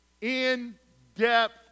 in-depth